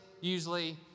usually